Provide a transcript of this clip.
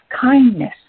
kindness